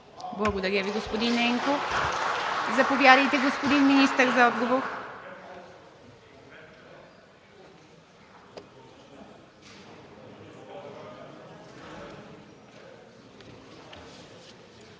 Благодаря Ви, господин Ненков. Заповядайте, господин Министър, за отговор.